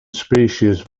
species